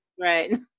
right